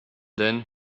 then